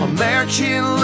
American